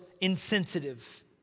insensitive